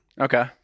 Okay